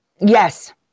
Yes